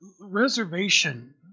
reservation